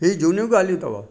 इहे झूनियूं ॻाल्हियूं अथव